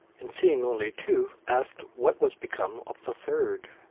and seeing only two, asked what was become of the third.